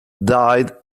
died